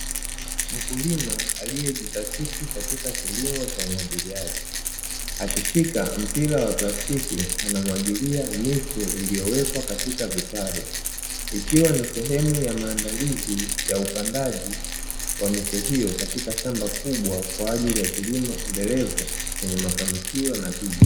Mkulima aliyejidhatiti katika kilimo cha umwagiliaji, akishika mpira wa plastiki anamwagilia miche iliyoota katika vitaru, ikiwa ni sehemu ya maandalizi ya upandaji wa miche hiyo katika shamba kubwa kwa ajili ya kilimo endelevu chenye mafanikio na tija.